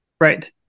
Right